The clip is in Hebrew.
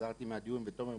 חזרתי מהדיון ותומר מוסקוביץ'